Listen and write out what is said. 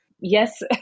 Yes